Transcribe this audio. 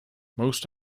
most